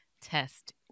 test